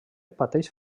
pateix